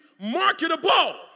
marketable